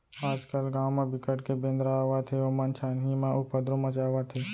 आजकाल गाँव म बिकट के बेंदरा आवत हे ओमन छानही म उपदरो मचावत हे